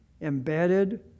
embedded